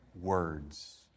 words